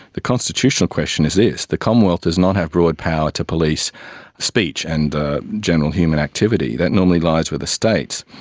the constitutional question is this the commonwealth does not have broad power to police speech and to general human activity, that normally lies with the states.